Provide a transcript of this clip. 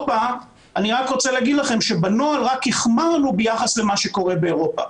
אני רק רוצה להגיד לכם שבנוהל רק החמרנו ביחס למה שקורה באירופה.